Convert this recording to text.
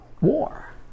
war